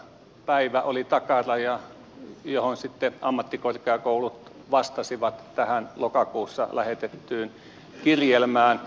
päivä oli takaraja johon mennessä sitten ammattikorkeakoulut vastasivat tähän lokakuussa lähetettyyn kirjelmään